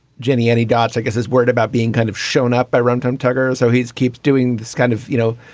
jenny, any gods, i guess, is worried about being kind of shown up by runtime, tucker so he's keeps doing this kind of, you know,